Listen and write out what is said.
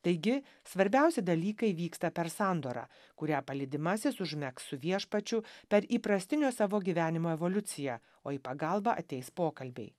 taigi svarbiausi dalykai vyksta per sandorą kurią palydimasis užmegs su viešpačiu per įprastinio savo gyvenimo evoliuciją o į pagalbą ateis pokalbiai